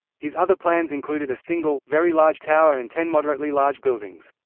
his other plans included a single, very large tower and ten moderately large buildings.